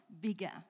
bigger